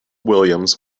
williams